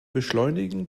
beschleunigen